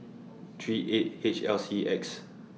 three eight H L C X